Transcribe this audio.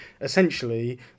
essentially